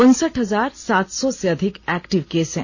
उनसठ हजार सात सौ से अधिक एक्टिव केस हैं